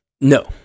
no